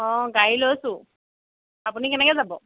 অ গাড়ী লৈছোঁ আপুনি কেনেকৈ যাব